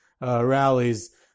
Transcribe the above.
rallies